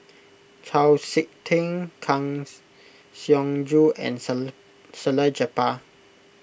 Chau Sik Ting Kang Siong Joo and Salleh Japar